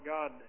God